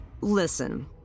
Listen